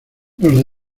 los